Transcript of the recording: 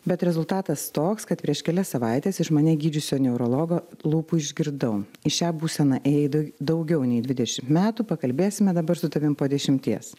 bet rezultatas toks kad prieš kelias savaites iš mane gydžiusio neurologo lūpų išgirdau į šią būseną ėjai dau daugiau nei dvidešimt metų pakalbėsime dabar su tavim po dešimties